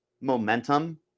momentum